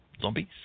zombies